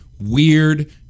weird